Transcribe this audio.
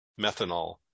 methanol